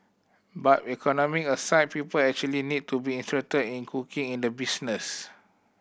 but economic aside people actually need to be interested in cooking in the business